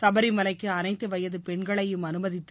சபரிமலைக்கு அனைத்து வயது பெண்களையும் அனுமதித்து